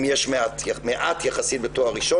אם יש מעט יחסית בתואר ראשון,